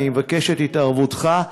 אני מבקש את התערבותך,